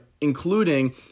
including